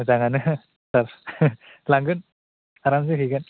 मोजाङानो सार लांगोन आरामसे हैगोन